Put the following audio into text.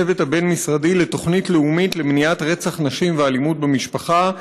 הצוות הבין-משרדי לתוכנית לאומית למניעת רצח נשים ואלימות במשפחה.